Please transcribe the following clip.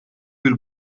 bir